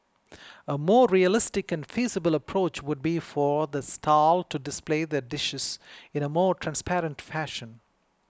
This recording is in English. a more realistic and feasible approach would be for the stall to display their dishes in a more transparent fashion